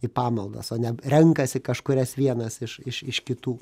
į pamaldas o ne renkasi kažkurias vienas iš iš iš kitų